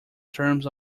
terms